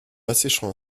asséchant